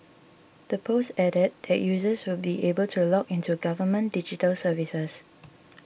the post added that users will be able to log into government digital services